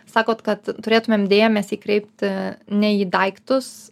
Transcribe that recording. sakot kad turėtumėm dėmesį kreipti ne į daiktus